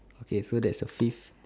okay so that's the fifth